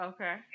Okay